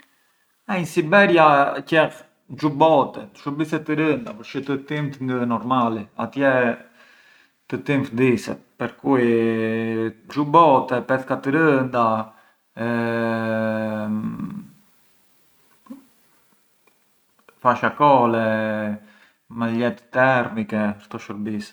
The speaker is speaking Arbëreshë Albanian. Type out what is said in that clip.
Nga in Siberia qell xhubotet, shurbise të rënda përçë tëtimt ngë ë normali e atje tëtimt vdiset, per cui xhubote, pethka të rënda, fashakole, maljetë termiche e këto shurbise.